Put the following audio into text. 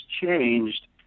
changed